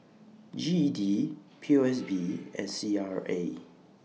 G E D P O S B and C R A